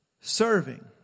serving